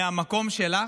מהמקום שלך,